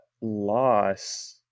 loss –